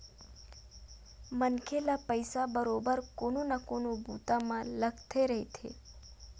मनखे ल पइसा बरोबर कोनो न कोनो बूता म लगथे रहिथे